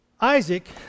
Isaac